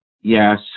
Yes